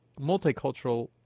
multicultural